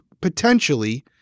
potentially